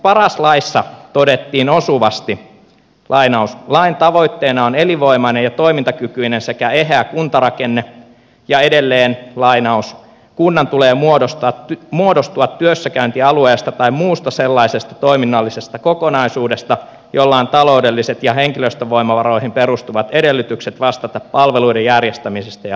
paras laissa todettiin osuvasti että lain tavoitteena on elinvoimainen ja toimintakykyinen sekä eheä kuntarakenne ja kunnan tulee muodostua työssäkäyntialueesta tai muusta sellaisesta toiminnallisesta kokonaisuudesta jolla on taloudelliset ja henkilöstövoimavaroihin perustuvat edellytykset vastata palveluiden järjestämisestä ja rahoituksesta